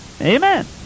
Amen